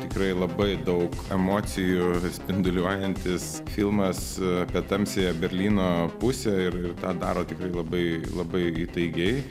tikrai labai daug emocijų spinduliuojantis filmas apie tamsiąją berlyno pusę ir ir tą daro tikrai labai labai įtaigiai